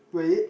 will it